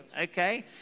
okay